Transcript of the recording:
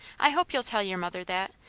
i hope you'll tell your mother that.